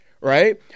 right